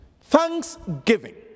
Thanksgiving